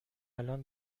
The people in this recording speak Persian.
الآن